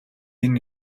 энэ